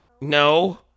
No